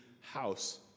house